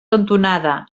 cantonada